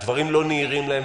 הדברים לא נהירים להם,